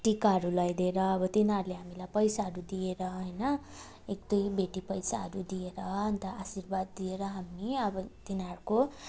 टिकाहरू लाइदिएर अब तिनीहरूले हामीलाई पैसाहरू दिएर होइन एकदुई भेटी पैसाहरू दिएर अन्त आशीर्वाद दिएर हामी अब तिनीहरूको